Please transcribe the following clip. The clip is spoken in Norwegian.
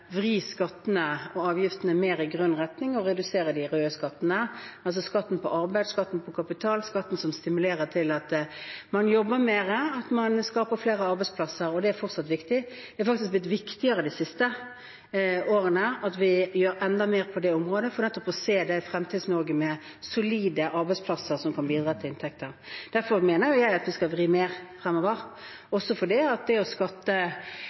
vri skattene og avgiftene mer i grønn retning og redusere de røde skattene, altså skatten på arbeid, skatten på kapital, skatten som stimulerer til at man jobber mer, og at man skaper flere arbeidsplasser. Det er fortsatt viktig. Det er faktisk blitt viktigere de siste årene at vi gjør enda mer på det området, for nettopp å se et Fremtids-Norge med solide arbeidsplasser som kan bidra til inntekter. Derfor mener jo jeg at vi skal vri mer fremover, også fordi det at